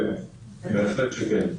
בהחלט כן.